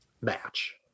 match